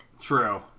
true